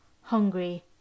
hungry